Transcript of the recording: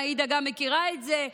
גם עאידה מכירה את זה,